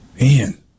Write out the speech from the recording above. Man